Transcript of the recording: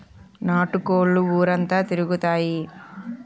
నాటు కోళ్లు ఊరంతా తిరుగుతాయి